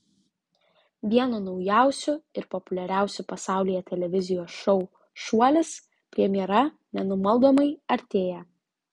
vieno naujausių ir populiariausių pasaulyje televizijos šou šuolis premjera nenumaldomai artėja